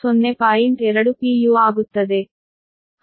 15 ಆಗುತ್ತದೆ